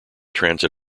transit